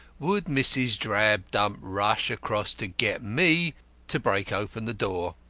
would mrs. drabdump rush across to get me to break open the door?